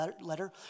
letter